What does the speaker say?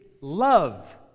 love